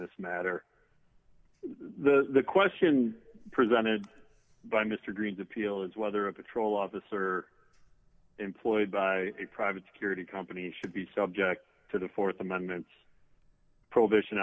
this matter the question presented by mr green's appeal is whether a patrol officer employed by a private security company should be subject to the th amendment probation